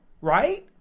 right